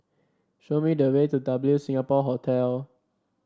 show me the way to W Singapore Hotel